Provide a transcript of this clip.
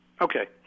Okay